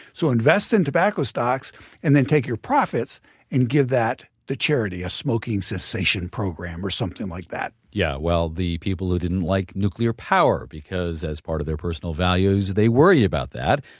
so invest in tobacco stocks and then take your profits and give that to charity, a smoking cessation program or something like that. yeah, well, the people who didn't like nuclear power because as part of their personal values, they worried about that,